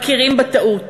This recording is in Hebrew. מכירים בטעות.